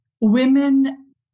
women